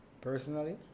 Personally